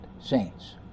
saints